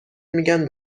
میگن